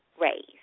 raise